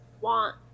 want